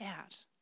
out